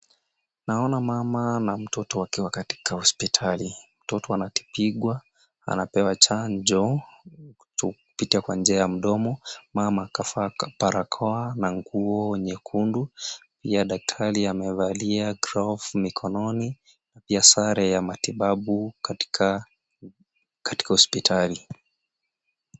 Naona mama na mtoto wakiwa katika hospitali. Mtoto anatibiwa, anapewa chanjo kupitia kwa njia ya mdomo, mama kavaa barakoa na nguo nyekundu. Pia daktari amevalia glovu mikononi na pia sare ya matibabu katika hospitali.